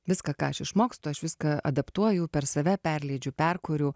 viską ką aš išmokstu aš viską adaptuoju per save perleidžiu perkuriu